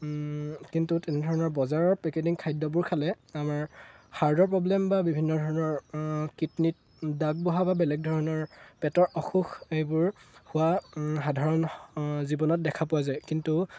কিন্তু তেনেধৰণৰ বজাৰৰ পেকেটিং খাদ্যবোৰ খালে আমাৰ হাৰ্ডৰ প্ৰব্লেম বা বিভিন্ন ধৰণৰ কিডনিত দাগ বঢ়া বা বেলেগ ধৰণৰ পেটৰ অসুখ এইবোৰ হোৱা সাধাৰণ জীৱনত দেখা পোৱা যায় কিন্তু